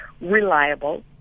reliable